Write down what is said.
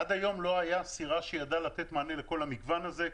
עד היום לא הייתה סירה שידעה לתת מענה לכל המגוון הזה.